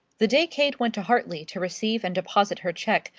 the day kate went to hartley to receive and deposit her check,